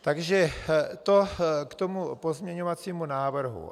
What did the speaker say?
Takže to k pozměňovacímu návrhu.